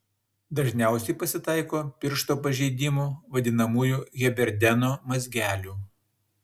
dažniausiai pasitaiko piršto pažeidimų vadinamųjų heberdeno mazgelių